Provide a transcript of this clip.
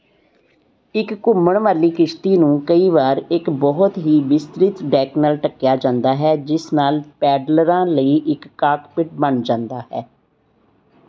ਇੱਕ ਘੁੰਮਣ ਵਾਲੀ ਕਿਸ਼ਤੀ ਨੂੰ ਕਈ ਵਾਰ ਇੱਕ ਬਹੁਤ ਹੀ ਵਿਸਤ੍ਰਿਤ ਡੈਕ ਨਾਲ ਢੱਕਿਆ ਜਾਂਦਾ ਹੈ ਜਿਸ ਨਾਲ ਪੈਡਲਰਾਂ ਲਈ ਇੱਕ ਕਾਕਪਿਟ ਬਣ ਜਾਂਦਾ ਹੈ